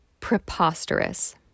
preposterous